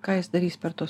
ką jis darys per tuos